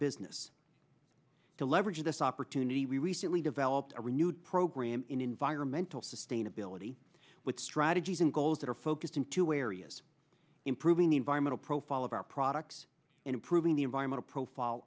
business to leverage this opportunity we recently developed a renewed program in environmental sustainability with strategies and goals that are focused in two areas improving the environmental profile of our products and improving the environmental profile